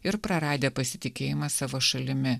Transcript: ir praradę pasitikėjimą savo šalimi